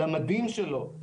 למדים שלו,